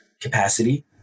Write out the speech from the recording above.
capacity